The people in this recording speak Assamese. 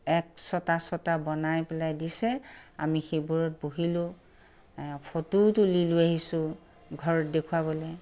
একচটা চটা বনাই পেলাই দিছে আমি সেইবোৰত বহিলোঁ ফটোও তুলি লৈ আহিছোঁ ঘৰত দেখুৱাবলৈ